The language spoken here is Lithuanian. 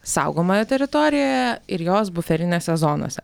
saugomoje teritorijoje ir jos buferinėse zonose